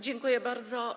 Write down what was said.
Dziękuję bardzo.